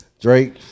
Drake